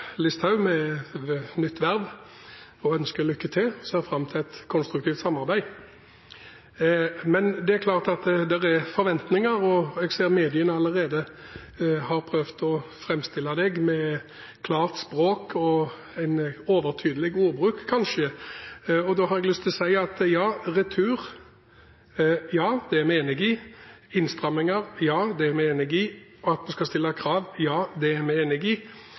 Listhaug med nytt verv og ønske lykke til, og jeg ser fram til et konstruktivt samarbeid. Det er klart at det er forventninger, og jeg ser at mediene allerede har prøvd å framstille henne med klart språk og en kanskje overtydelig ordbruk. Jeg har lyst til å si at ja, retur er vi enig i, innstramminger er vi enig i, og at vi skal stille krav, er vi enig i.